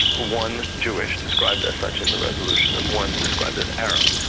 one jewish, described as such in the resolution, and one described as arab.